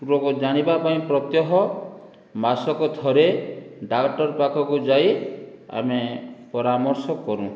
ରୋଗ ଜାଣିବା ପାଇଁ ପ୍ରତ୍ୟହ ମାସକ ଥରେ ଡାକ୍ଟର ପାଖକୁ ଯାଇ ଆମେ ପରାମର୍ଶ କରୁ